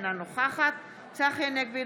אינה נוכחת צחי הנגבי,